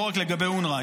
לא רק לגבי אונר"א.